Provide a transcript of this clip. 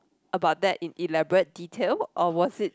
about that in elaborate detail or was it